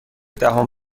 دهم